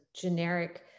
generic